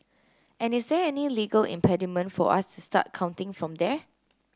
and is there any legal impediment for us to start counting from there